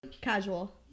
Casual